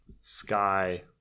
Sky